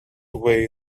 way